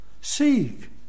seek